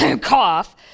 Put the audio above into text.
cough